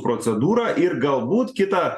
procedūrą ir galbūt kitą